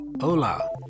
Hola